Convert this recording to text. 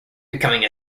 becoming